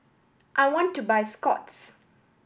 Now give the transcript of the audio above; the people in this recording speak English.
I want to buy Scott's